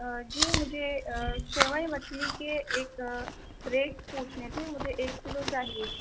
جی مجھے سرمئی مچھلی کے ایک ریٹ پوچھنے تھے مجھے ایک کلو چائیے